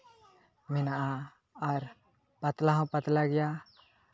ᱢᱮᱱᱟᱜᱼᱟ ᱟᱨ ᱯᱟᱛᱞᱟ ᱦᱚᱸ ᱯᱟᱛᱞᱟ ᱜᱮᱭᱟ